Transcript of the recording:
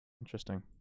Interesting